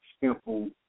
simple